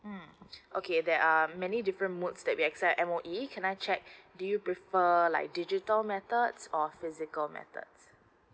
mm okay there are many different modes that we accept at M_O_E can I check do you prefer like digital methods of physical methods